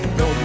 no